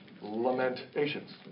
Lamentations